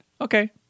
Okay